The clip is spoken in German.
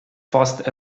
fast